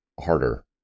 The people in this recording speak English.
harder